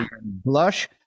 blush